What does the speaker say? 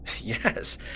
Yes